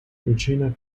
regina